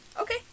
okay